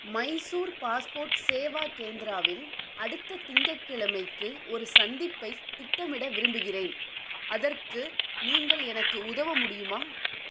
Mysore passport Seva கேந்திராவில் அடுத்த திங்கட்கிழமைக்கு ஒரு சந்திப்பை திட்டமிட விரும்புகிறேன் அதற்கு நீங்கள் எனக்கு உதவ முடியுமா